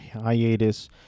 hiatus